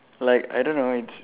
like I don't know it's